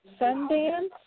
Sundance